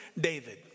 David